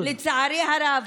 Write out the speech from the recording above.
לצערי הרב,